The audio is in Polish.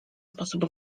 sposób